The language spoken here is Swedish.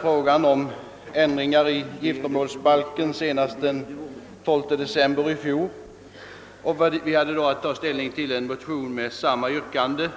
Frågan om ändringar i giftermålsbalken behandlades ju senast den 12 december i fjol, och vi hade då att ta ställning till en motion med samma yrkande